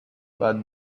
but